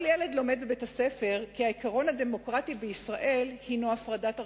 כל ילד לומד בבית-הספר כי העיקרון הדמוקרטי בישראל הינו הפרדת הרשויות.